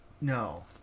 No